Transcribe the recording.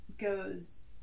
goes